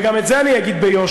וגם את זה אני אגיד ביושר,